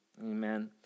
Amen